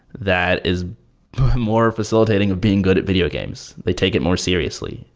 that is more facilitating of being good at video games. they take it more seriously.